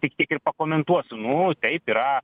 tik tiek ir pakomentuosiu nu taip yra